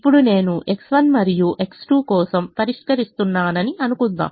ఇప్పుడు నేను X1 మరియు X2 కోసం పరిష్కరిస్తున్నానని అనుకుందాం